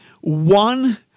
one